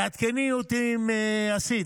תעדכני אותי אם עשית.